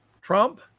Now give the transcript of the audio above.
Trump